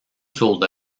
sold